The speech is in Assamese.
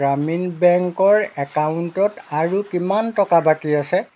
গ্ৰামীণ বেংকৰ একাউণ্টত আৰু কিমান টকা বাকী আছে